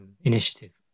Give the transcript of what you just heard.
initiative